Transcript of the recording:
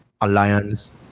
Alliance